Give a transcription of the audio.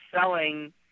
selling